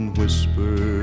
whisper